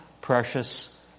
precious